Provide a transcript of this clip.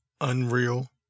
unreal